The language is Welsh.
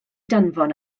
danfon